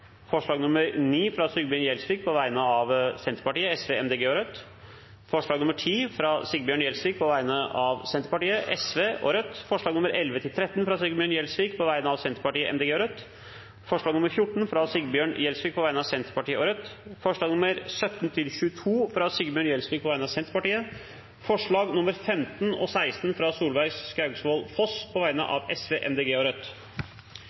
forslag nr. 10, fra Sigbjørn Gjelsvik på vegne av Senterpartiet, Sosialistisk Venstreparti og Rødt forslagene nr. 11–13, fra Sigbjørn Gjelsvik på vegne av Senterpartiet, Miljøpartiet De Grønne og Rødt forslag nr. 14, fra Sigbjørn Gjelsvik på vegne av Senterpartiet og Rødt forslagene nr. 17–22, fra Sigbjørn Gjelsvik på vegne av Senterpartiet forslagene nr. 15 og 16, fra Solveig Skaugvoll Foss på vegne av Sosialistisk Venstreparti, Miljøpartiet De Grønne og Rødt